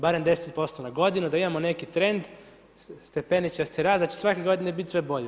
Barem 10% na godinu, da imamo neki trend, stepeničasti rad, da će svake godine biti sve bolje.